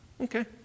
okay